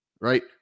Right